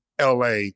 LA